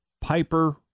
Piper